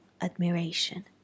admiration